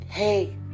Hey